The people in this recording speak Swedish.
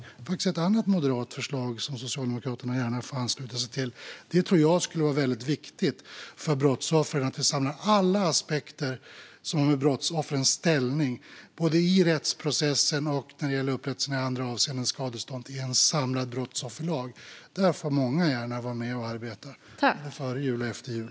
Det är faktiskt ett annat moderat förslag som Socialdemokraterna gärna får ansluta sig till. Jag tror att det skulle vara väldigt viktigt för brottsoffren att vi samlar alla aspekter som har med brottsoffrens ställning att göra, både i rättsprocessen och när det gäller upprättelse i andra avseenden, till exempel skadestånd, i en samlad brottsofferlag. Där får många gärna vara med och arbeta före jul och efter jul.